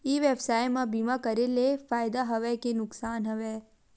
ई व्यवसाय म बीमा करे ले फ़ायदा हवय के नुकसान हवय?